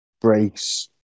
breaks